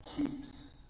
keeps